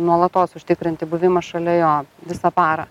nuolatos užtikrinti buvimą šalia jo visą parą